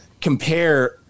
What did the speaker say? compare